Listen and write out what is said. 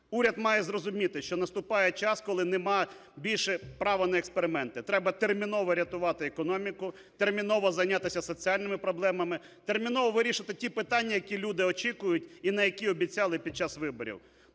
Уряд має зрозуміти, що наступає час, коли нема більше права на експерименти. Треба терміново рятувати економіку, терміново зайнятися соціальними проблемами, терміново вирішувати ті питання, які люди очікують і на які обіцяли під час виборів.